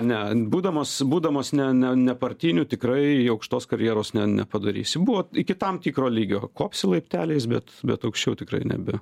ne būdamas būdamas ne ne nepartiniu tikrai aukštos karjeros ne nepadarysi buvo iki tam tikro lygio kopsi laipteliais bet bet aukščiau tikrai nebe